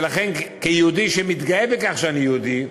ולכן, כיהודי שמתגאה בכך שאני יהודי,